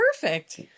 perfect